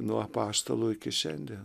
nuo apaštalų iki šiandien